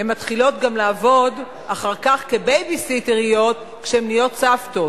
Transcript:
הן מתחילות גם לעבוד אחר כך כבייבי-סיטריות כשהן נהיות סבתות,